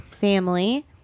family